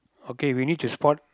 okay we need to spot